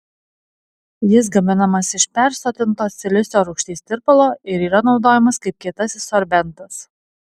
jis gaminamas iš persotinto silicio rūgšties tirpalo ir yra naudojamas kaip kietasis sorbentas